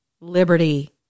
Liberty